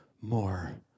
more